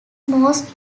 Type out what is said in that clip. most